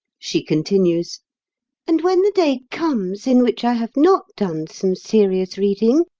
she continues and when the day comes in which i have not done some serious reading,